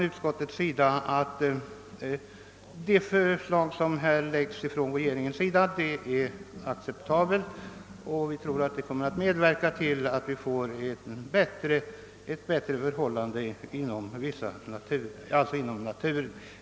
Utskottet har ansett att regeringens förslag är acceptabelt. Vi tror att detta bidrag kommer att medverka till ett bättre förhållande när det gäller naturvården. Herr talman!